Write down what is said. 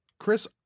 Chris